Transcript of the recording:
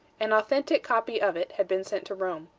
an authentic copy of it had been sent to rome.